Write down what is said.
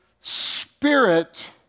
spirit